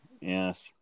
Yes